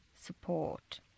support